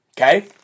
Okay